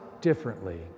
differently